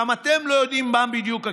גם אתם לא יודעים מה בדיוק הקשר.